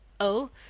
oh,